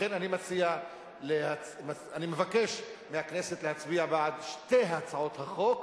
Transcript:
לכן אני מבקש מהכנסת להצביע בעד שתי הצעות החוק,